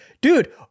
dude